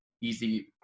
easy